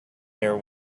near